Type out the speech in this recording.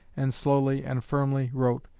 and slowly and firmly wrote,